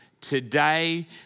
Today